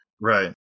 right